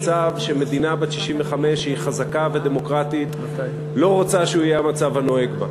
שמדינה בת 65 שהיא חזקה ודמוקרטית לא רוצה שהוא יהיה המצב הנוהג בה.